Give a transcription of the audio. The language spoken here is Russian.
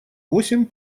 восемь